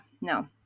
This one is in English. no